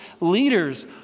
leaders